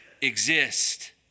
exist